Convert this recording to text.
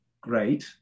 great